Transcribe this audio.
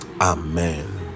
amen